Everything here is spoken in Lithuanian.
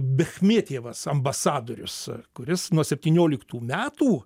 bechmietjevas ambasadorius kuris nuo septynioliktų metų